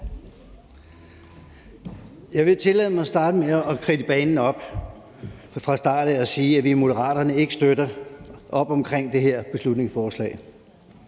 Jeg vil tillade mig at starte med at kridte banen op fra start af og sige, at vi i Moderaterne ikke støtter op omkring det her beslutningsforslag.